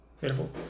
Beautiful